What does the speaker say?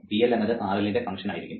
PL എന്നത് RL ന്റെ function ആയിരിക്കും